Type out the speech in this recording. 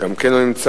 גם כן לא נמצא,